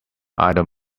either